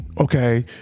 okay